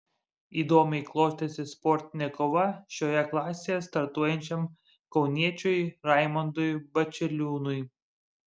įdomiai klostėsi sportinė kova šioje klasėje startuojančiam kauniečiui raimondui bačiliūnui